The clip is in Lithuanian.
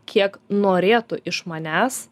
kiek norėtų iš manęs